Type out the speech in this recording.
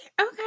Okay